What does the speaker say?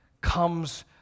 comes